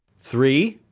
three.